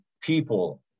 people